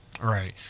Right